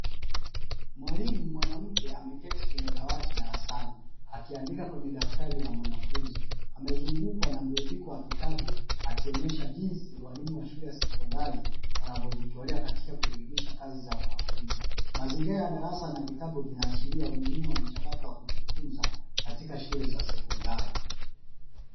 Mwalimu mwanamke ameketi kwenye dawati darasani akiandika kwenye daftari la mwanafunzi, amezungukwa na mrundiko wa vitabu akionyesha jinsi walimu wa sekondari wanavyojitolea katika kurekebisha kazi za wanafunzi. Mazingira ya darasa na vitabu yanaashiria umuhimu wa mchakato wa kujifunza katika shule za sekondari.